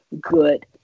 good